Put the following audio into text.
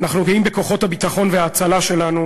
אנחנו גאים בכוחות הביטחון וההצלה שלנו.